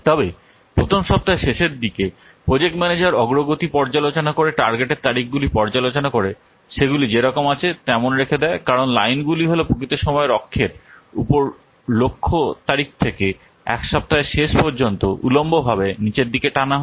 তবে প্রথম সপ্তাহের শেষের দিকে প্রজেক্ট ম্যানেজার অগ্রগতি পর্যালোচনা করে টার্গেটের তারিখগুলি পর্যালোচনা করে সেগুলি যেরকম আছে তেমন রেখে দেয় কারণ লাইনগুলি হল প্রকৃত সময় অক্ষের উপর লক্ষ্য তারিখ থেকে 1 সপ্তাহের শেষ পর্যন্ত উল্লম্বভাবে নীচের দিকে টানা হয়